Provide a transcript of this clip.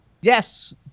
Yes